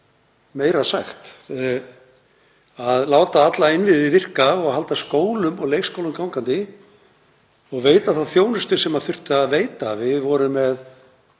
meira sagt, að láta alla innviði virka og halda skólum og leikskólum gangandi og veita þá þjónustu sem þurfti að veita. Við vorum með